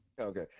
Okay